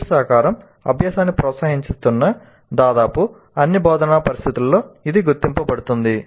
peer సహకారం అభ్యాసాన్ని ప్రోత్సహిస్తున్న దాదాపు అన్ని బోధనా పరిస్థితులలో ఇది గుర్తించబడింది